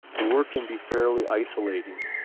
the work can be fairly isolating,